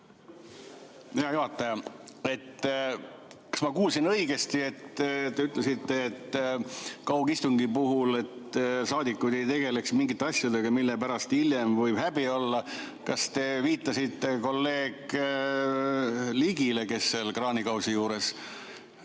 Hea juhataja! Kas ma kuulsin õigesti, et te ütlesite, et kaugistungi puhul saadikud ei tegeleks mingite asjadega, mille pärast hiljem võib häbi olla? Kas te viitasite kolleeg Ligile, kes seal kraanikausi juures